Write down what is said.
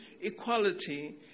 equality